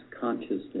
consciousness